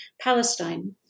Palestine